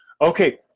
Okay